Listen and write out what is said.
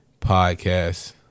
podcast